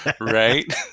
Right